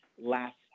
last